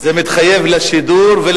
חשבתי לחסוך למליאה, זה מתחייב לשידור ולהקלטה.